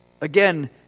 Again